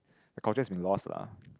the culture has been lost lah